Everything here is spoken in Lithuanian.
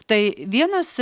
tai vienas